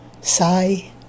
sigh